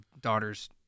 daughter's